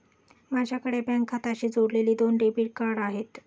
माझ्याकडे बँक खात्याशी जोडलेली दोन डेबिट कार्ड आहेत